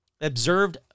observed